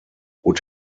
would